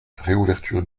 réouverture